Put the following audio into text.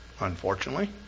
unfortunately